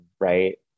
Right